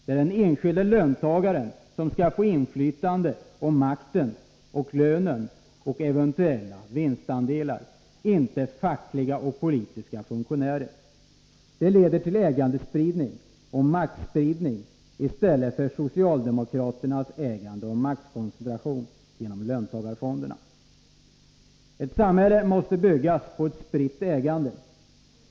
Det är inte fackliga och politiska funktionärer som skall få inflytandet och makten och lönen och eventuella vinstandelar, utan den enskilde löntagaren. Det leder till ägandespridning och maktspridning i stället för socialdemokraternas ägandeoch maktkoncentration genom löntagarfonderna. Ett samhälle måste byggas upp på ett spritt ägande.